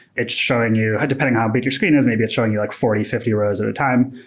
it's showing you how depending how big your screen is, maybe it's showing you like forty, fifty rows at a time.